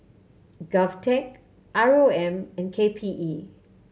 GovTech R O M and K P E